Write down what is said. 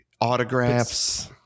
autographs